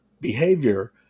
behavior